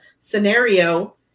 scenario